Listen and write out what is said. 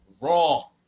wrong